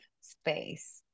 space